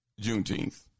Juneteenth